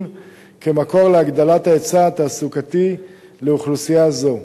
כמקור להגדלת ההיצע התעסוקתי לאוכלוסייה זו.